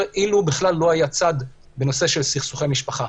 אילו בכלל לא היה צד בנושא של סכסוכי משפחה.